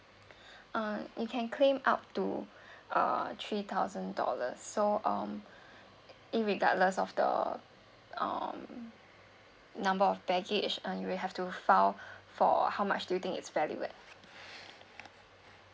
uh you can claim up to uh three thousand dollars so um it regardless of the um number of baggage uh you may have to file for how much do you think it's valuable